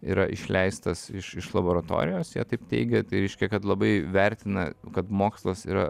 yra išleistas iš iš laboratorijos jie taip teigia tai reiškia kad labai vertina kad mokslas yra